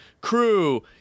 crew